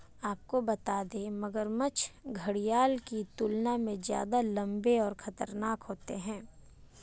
आपको बता दें, मगरमच्छ घड़ियाल की तुलना में ज्यादा लम्बे और खतरनाक होते हैं